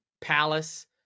Palace